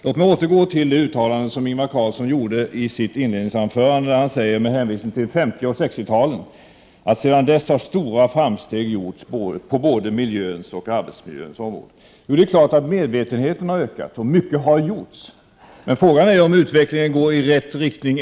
Låt mig återgå till ett uttalande som Ingvar Carlsson gjorde i sitt inledningsanförande, då han med hänvisning till 1950 och 1960-talen sade att sedan dess har stora framsteg gjorts på både miljöns och arbetsmiljöns områden. Det är klart att medvetenheten har ökat och mycket har gjorts, men frågan är om utvecklingen ännu går i rätt riktning.